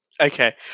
Okay